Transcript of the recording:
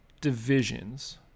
divisions